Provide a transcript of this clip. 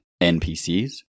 NPCs